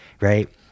right